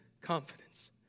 confidence